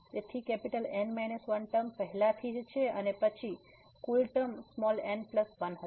તેથી N 1 term પહેલાથી જ છે અને પછી કુલ ટર્મ n1 હતા